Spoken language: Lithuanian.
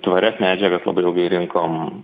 tvarias medžiagas labai ilgai rinkom